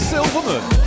Silverman